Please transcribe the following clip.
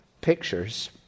pictures